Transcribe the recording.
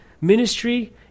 Ministry